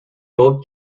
both